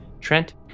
Trent